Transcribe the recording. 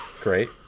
Great